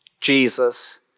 Jesus